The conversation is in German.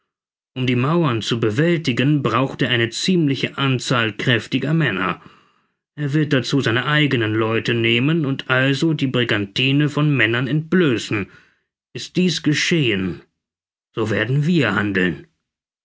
um die mauern zu bewältigen braucht er eine ziemliche an zahl kräftiger arme er wird dazu seine eigenen leute nehmen und also die brigantine von männern entblößen ist dies geschehen so werden wir handeln